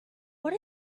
what